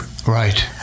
Right